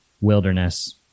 wilderness